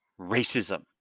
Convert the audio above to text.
racism